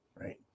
Right